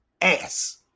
ass